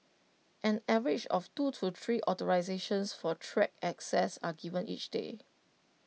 an average of two to three authorisations for track access are given each day